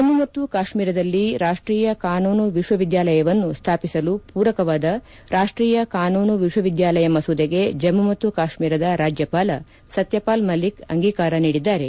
ಜಮ್ಮು ಮತ್ತು ಕಾಶ್ಮೀರದಲ್ಲಿ ರಾಷ್ಟೀಯ ಕಾನೂನು ವಿಶ್ವ ವಿದ್ಯಾಲಯವನ್ನು ಸ್ಥಾಪಿಸಲು ಪೂರಕವಾದ ರಾಷ್ಟೀಯ ಕಾನೂನು ವಿಶ್ವ ವಿದ್ಯಾಲಯ ಮಸೂದೆಗೆ ಜಮ್ಮು ಮತ್ತು ಕಾಶ್ಮೀರದ ರಾಜ್ಯಪಾಲ ಸತ್ಯಪಾಲ್ ಮಲ್ತಿಕ್ ಅಂಗೀಕಾರ ನೀಡಿದ್ದಾರೆ